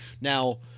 now